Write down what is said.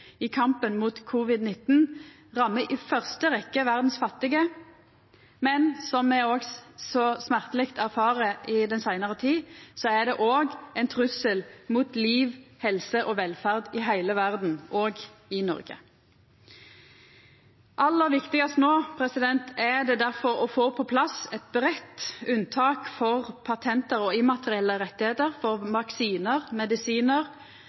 i kampen mot covid-19 rammar i fyrste rekke dei fattige i verda, men som me i den seinare tid smerteleg erfarer, er det òg ein trussel mot liv, helse og velferd i heile verda, òg i Noreg. Aller viktigast no er det difor å få på plass eit breitt unntak for patent og immaterielle rettar for vaksinar, medisinar,